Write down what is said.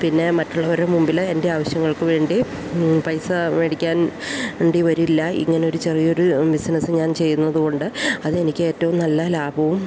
പിന്നെ മറ്റുള്ളവരെ മുമ്പിൽ എൻ്റെ ആവശ്യങ്ങൾക്ക് വേണ്ടി പൈസ മേടിക്കാൻ ണ്ടി വരില്ല ഇങ്ങനൊരു ചെറിയൊരു ബിസിനസ്സ് ഞാൻ ചെയ്യുന്നത് കൊണ്ട് അത് എനിക്ക് ഏറ്റവും നല്ല ലാഭവും